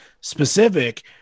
specific